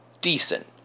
decent